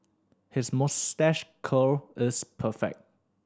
his moustache curl is perfect